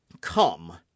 Come